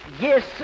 yes